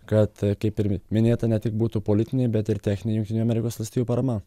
kad kaip ir minėta ne tik būtų politinė bet ir techninė jungtinių amerikos valstijų parama